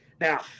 Now